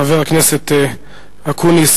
חבר הכנסת אקוניס,